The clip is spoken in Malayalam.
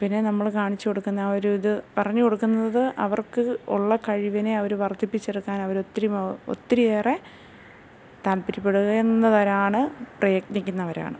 പിന്നെ നമ്മൾ കാണിച്ച് കൊടുക്കുന്ന ആ ഒരു ഇത് പറഞ്ഞ് കൊടുക്കുന്നത് അവർക്ക് ഉള്ള കഴിവിനെ അവർ വർദ്ധിപ്പിച്ചെടുക്കാൻ അവർ ഒത്തിരി ഒത്തിരിയേറെ താൽപര്യപ്പെടുന്നവരാണ് പ്രയത്നിക്കുന്നവരാണ്